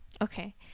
Okay